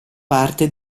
parte